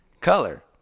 color